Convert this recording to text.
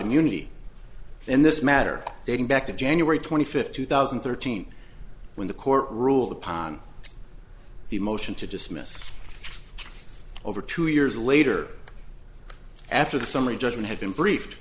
immunity in this matter dating back to january twenty fifth two thousand and thirteen when the court ruled upon the motion to dismiss over two years later after the summary judgment had been briefed